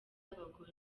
abagore